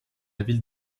ville